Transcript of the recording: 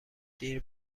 دیر